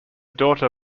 daughter